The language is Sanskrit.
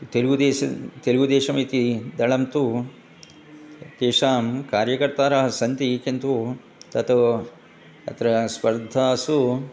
तेलुगुदेशः तेलुगुदेशमिति दलं तु तेषां कार्यकर्तारः सन्ति किन्तु तत् अत्र स्पर्धासु